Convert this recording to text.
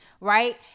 right